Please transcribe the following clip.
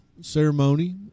Ceremony